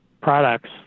products